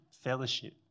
fellowship